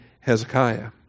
Hezekiah